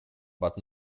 but